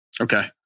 okay